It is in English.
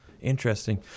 Interesting